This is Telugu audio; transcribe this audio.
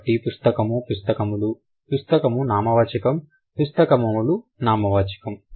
కాబట్టి పుస్తకము పుస్తకములు పుస్తకము నామవాచకము పుస్తకములు నామవాచకము